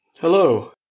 Hello